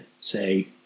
say